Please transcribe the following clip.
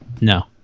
no